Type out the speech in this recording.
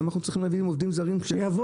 למה אנחנו צריכים להביא עובדים זרים --- שיבואו,